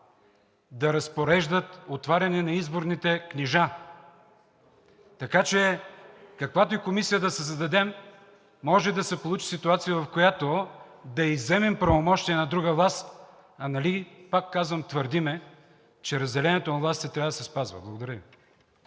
да разпореждат отваряне на изборните книжа. Каквато и комисия да създадем, може да се получи ситуация, в която да изземем правомощия на друга власт, а нали, пак казвам, твърдим, че разделението на властите трябва да се спазва?! Благодаря